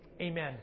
amen